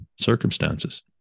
circumstances